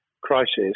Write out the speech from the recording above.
crisis